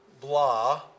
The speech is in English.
blah